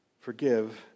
forgive